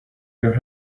your